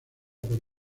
por